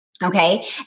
Okay